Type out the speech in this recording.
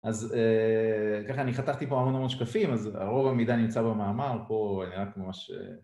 אז ככה, אני חתכתי פה המון המון שקפים, אז הרוב המידע נמצא במאמר, פה אני רק ממש...